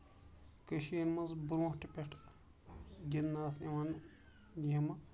کٔشیٖر منٛز برونٹھٕ پٮ۪ٹھ گِندنہٕ آسہٕ یِوان گیمہٕ